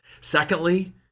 Secondly